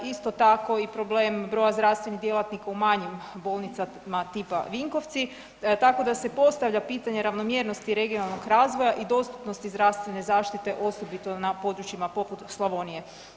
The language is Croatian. Isto tako i problem broja zdravstvenih djelatnika u manjim bolnicama tipa Vinkovci, tako da se postavlja pitanje ravnomjernosti regionalnog razvoja i dostupnosti zdravstvene zaštite osobito na područjima poput Slavonije.